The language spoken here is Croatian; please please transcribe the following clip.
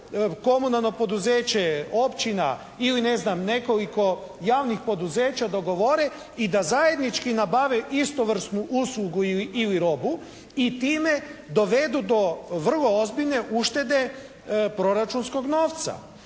komunalno poduzeće, općina ili ne znam nekoliko javnih poduzeća dogovore i da zajednički nabave istovrsnu uslugu ili robu i time dovedu do vrlo ozbiljne uštede proračunskog novca.